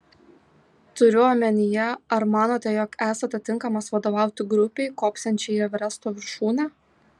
turiu omenyje ar manote jog esate tinkamas vadovauti grupei kopsiančiai į everesto viršūnę